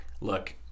look